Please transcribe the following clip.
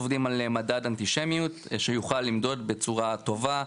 עובדים על מדד אנטישמיות שיוכל למדוד בצורה טובה.